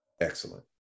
Excellent